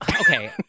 okay